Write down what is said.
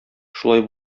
шулай